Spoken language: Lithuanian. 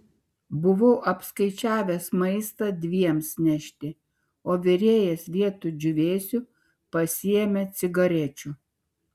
buvau apskaičiavęs maistą dviems nešti o virėjas vietoj džiūvėsių pasiėmė cigarečių